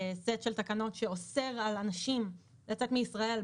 סט של תקנות שאוסר על אנשים לצאת מישראל,